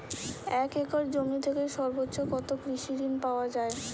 এক একর জমি থেকে সর্বোচ্চ কত কৃষিঋণ পাওয়া য়ায়?